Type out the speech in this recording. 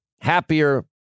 happier